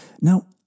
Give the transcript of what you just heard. Now